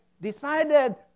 decided